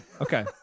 okay